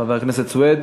חבר הכנסת סוייד